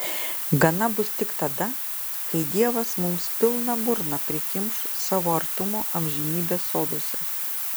gana bus tik tada kai dievas mums pilną burną prikimš savo artumo amžinybės soduose